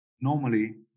normally